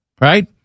right